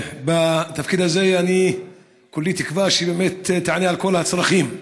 בתפקיד הזה כולי תקווה שבאמת תענה על כל הצרכים,